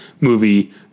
movie